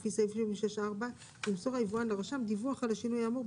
לפי סעיף 76.4 ימסור היבואן לרשם דיווח על השינוי האמור,